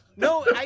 No